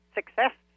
success